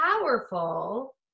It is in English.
powerful